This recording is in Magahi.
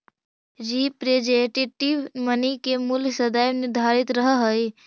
रिप्रेजेंटेटिव मनी के मूल्य सदैव निर्धारित रहऽ हई